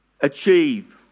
achieve